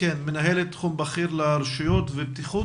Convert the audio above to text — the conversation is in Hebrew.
מנהלת תחום בכיר לרשויות ובטיחות,